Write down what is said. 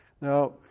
Now